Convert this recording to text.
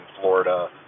Florida